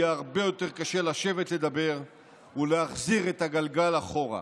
יהיה הרבה יותר קשה לשבת ולדבר ולהחזיר את הגלגל אחורה.